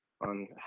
on